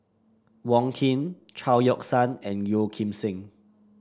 Wong Keen Chao Yoke San and Yeo Kim Seng